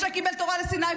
משה קיבל תורה מסיני,